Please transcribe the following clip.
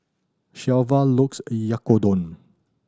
Shelva looks Oyakodon